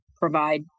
provide